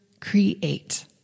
create